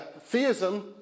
theism